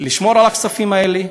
לשמור על הכספים האלה.